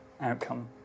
outcome